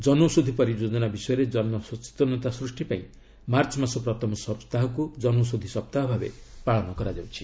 ଜନୌଷଧି ପରିଯୋଜନା ବିଷୟରେ ସଚେତନତା ସୃଷ୍ଟି ପାଇଁ ମାର୍ଚ୍ଚ ମାସ ପ୍ରଥମ ସପ୍ତାହକୁ ଜନୌଷଧି ସପ୍ତାହ ଭାବେ ପାଳନ କରାଯାଉଛି